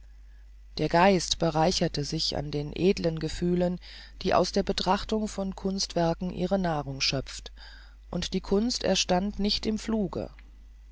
der geist bereicherte sich an den edeln gefühlen die aus der betrachtung von kunstwerken ihre nahrung schöpfen und die kunst erstand nicht im fluge